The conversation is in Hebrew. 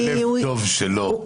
הלב הטוב שלו,